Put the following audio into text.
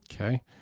Okay